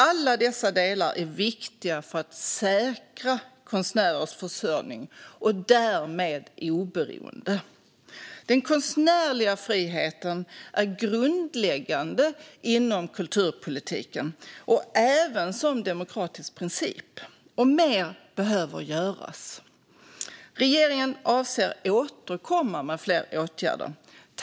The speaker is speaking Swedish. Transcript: Alla dessa delar är viktiga för att säkra konstnärers försörjning och därmed oberoende.